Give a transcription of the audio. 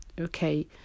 okay